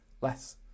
less